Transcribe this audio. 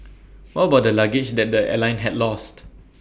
what about the luggage that the airline had lost